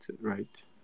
right